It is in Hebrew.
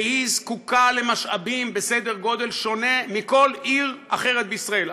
והיא זקוקה למשאבים בסדר גודל שונה מכל עיר אחרת בישראל,